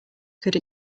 could